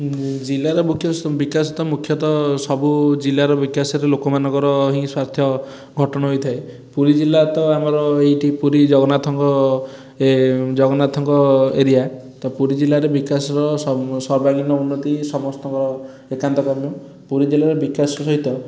ଜିଲ୍ଲାର ମୁଖ୍ୟ ବିକାଶ ମୁଖ୍ୟତଃ ସବୁ ଜିଲ୍ଲାର ବିକାଶରେ ଲୋକମାନଙ୍କର ହିଁ ସ୍ୱାସ୍ଥ୍ୟ ଘଟଣ ହୋଇଥାଏ ପୁରୀ ଜିଲ୍ଲା ତ ଆମର ଏଇଠି ପୁରୀ ଜଗନ୍ନାଥଙ୍କ ଏ ଜଗନ୍ନାଥଙ୍କ ଏରିଆ ପୁରୀ ଜିଲ୍ଲାର ବିକାଶ ସ ସର୍ବାଙ୍ଗୀନ ଉନ୍ନତି ସମସ୍ତଙ୍କ ଏକାନ୍ତକ ମୁଁ ପୁରୀ ଜିଲ୍ଲାର ବିକାଶ ସହିତ